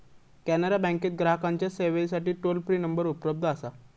कॅनरा बँकेत ग्राहकांच्या सेवेसाठी टोल फ्री नंबर उपलब्ध असा